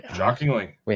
Shockingly